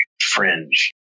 fringe